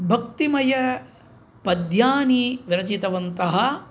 भक्तिमयानि पद्यानि रचितवन्तः